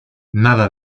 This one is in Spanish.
nada